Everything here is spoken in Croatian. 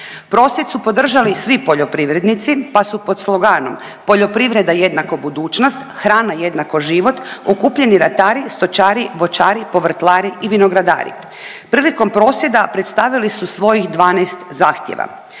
Prosvjed su podržali svi poljoprivrednici pa su pod sloganom „poljoprivreda jednako budućnost, hrana jednako život“ okupljeni ratari, stočari, voćari, povrtlari i vinogradari. Prilikom prosvjeda predstavili su svojih 12 zahtjeva.